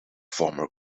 former